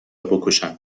بکشند